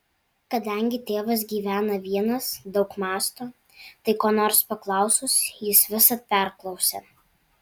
kadangi tėvas gyvena vienas daug mąsto tai ko nors paklausus jis visad perklausia